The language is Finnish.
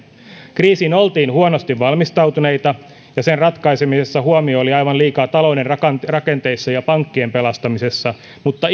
kriisiin oltiin huonosti valmistautuneita ja sen ratkaisemisessa huomio oli aivan liikaa talouden rakenteissa ja pankkien pelastamisessa mutta